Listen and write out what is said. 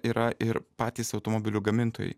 yra ir patys automobilių gamintojai